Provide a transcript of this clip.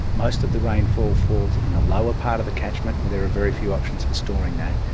most of the rainfall falls in the lower part of the catchment, where there are very few options for storing that,